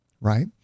right